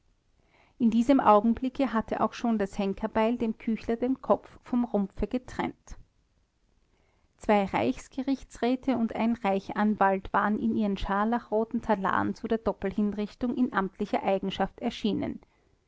in diesem augenblick hatte auch schon das henkerbeil dem küchler den kopf vom rumpfe getrennt zwei reichsgerichtsräte und ein reichsanwalt waren in ihren scharlachroten talaren zu der doppelhinrichtung in amtlicher eigenschaft erschienen